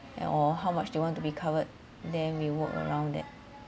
and or how much they want to be covered then we work around that